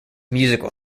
musical